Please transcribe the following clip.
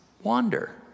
wander